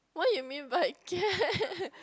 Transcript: what you mean by get